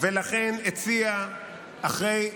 הציע אחרי,